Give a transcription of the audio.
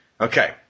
Okay